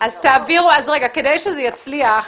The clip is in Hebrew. כדי שזה יצליח,